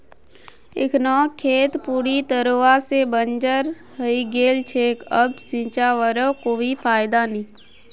इखनोक खेत पूरी तरवा से बंजर हइ गेल छेक अब सींचवारो कोई फायदा नी